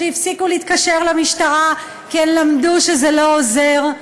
שהפסיקו להתקשר למשטרה כי הן למדו שזה לא עוזר,